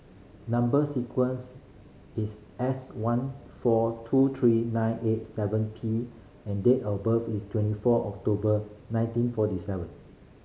number sequence is S one four two three nine eight seven P and date of birth is twenty four October nineteen forty seven